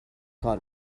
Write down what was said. کار